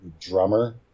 Drummer